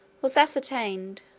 was ascertained,